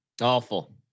Awful